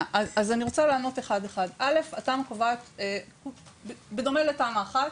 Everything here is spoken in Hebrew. בדומה לתמ"א1,